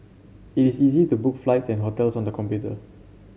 it is easy to book flights and hotels on the computer